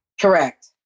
Correct